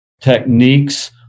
techniques